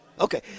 Okay